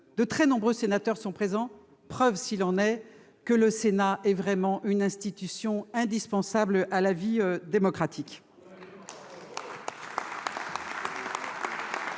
de très nombreux sénateurs le sont, preuve s'il en est que le Sénat est vraiment une institution indispensable à la vie démocratique.